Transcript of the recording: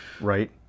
right